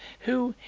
who,